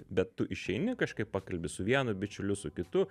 bet tu išeini kažkaip pakalbi su vienu bičiuliu su kitu